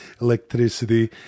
electricity